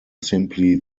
simply